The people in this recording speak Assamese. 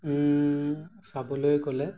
চাবলৈ গ'লে